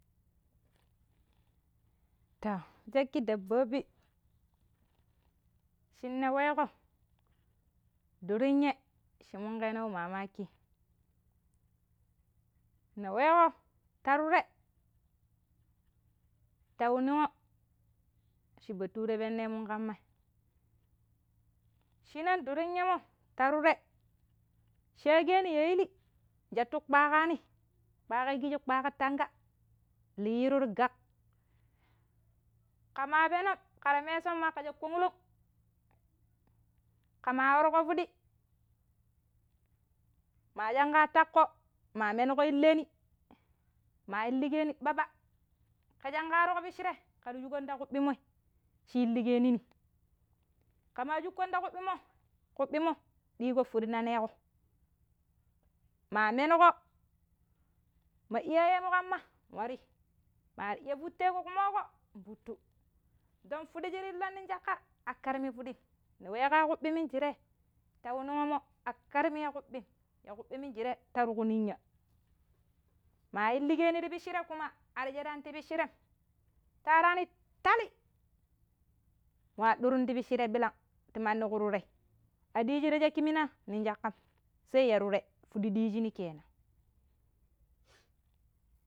To cakki ɗabbobi shina weko durinye shi moakeno wai mamaki. Ni weeko ta tuure ta wu ni'ngo shi bature penn mun kamai, shinan duren yemo ta tuure shaakueni, ya ili nsattu kpakani kpakai kiji kpaka tanga liyiru ti gak kama peeno kar imeason ma kar konlon, kama warko pidi ma sanka wa takko ma maneko ileni, ma ilikeni ɓaɓa ke shenha warko pishirei kar shukana ta kubimmoi shi iligenin. Ka ma shukon ta kuɓɓimo, kuɓɓimmo diiko pudi naneko, ma minko ma iyaye mu kama nwari mari iya futeko kuumoko nfutteko don fudi shira ilinno nin shakka a karmi fudim. Ni weeko ya kuɓin minjire ta wu, ni'ngo a kermi ya kuɓim. Ya kuɓi minjire ta tuku ninya. Ma ilieeni ti pishire kuma har shiram ti pishrem. Ta warani tali inwa ɗurum ti pishire ɓilan ti mani ya tuurei a diji ti shakki minam ni shakkam sai ya tuure pidijini ƙenan.